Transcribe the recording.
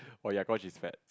oh ya cause she's fat